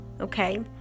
okay